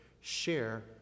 share